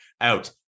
out